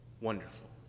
wonderful